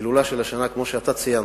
ההילולה של השנה, כמו שאתה ציינת,